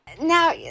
Now